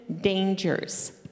Dangers